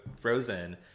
Frozen